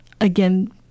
again